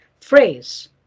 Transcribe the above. phrase